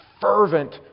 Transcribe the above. fervent